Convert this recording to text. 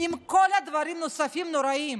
עם כל הדברים הנוספים הנוראיים,